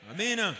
Amen